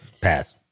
Pass